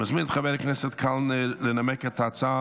אני מזמין את חבר הכנסת קלנר לנמק את ההצעה.